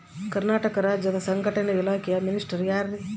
ಕರ್ನಾಟಕ ರಾಜ್ಯದ ಸಂಘಟನೆ ಇಲಾಖೆಯ ಮಿನಿಸ್ಟರ್ ಯಾರ್ರಿ?